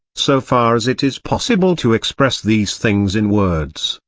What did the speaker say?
so far as it is possible to express these things in words,